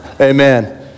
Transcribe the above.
Amen